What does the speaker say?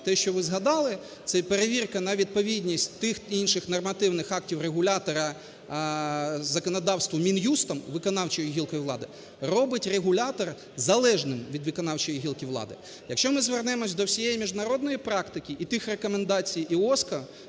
Те, що ви згадали, це і перевірка на відповідність тих, інших нормативних актів регулятора законодавству Мін'юстом, виконавчою гілкою влади, робить регулятора залежним від виконавчої гілки влади. Якщо ми звернемось до всієї міжнародної практики і тих рекомендацій IOSCO,